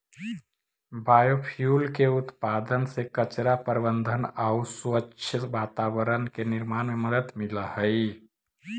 biofuel के उत्पादन से कचरा प्रबन्धन आउ स्वच्छ वातावरण के निर्माण में मदद मिलऽ हई